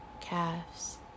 calves